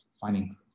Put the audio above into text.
finding